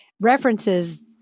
references